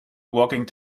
walking